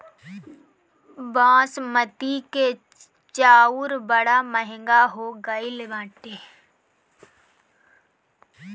बासमती के चाऊर बड़ा महंग हो गईल बाटे